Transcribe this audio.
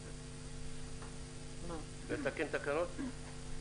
לתקן תקנות.